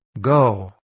Go